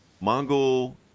Mongol